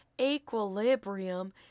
equilibrium